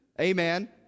Amen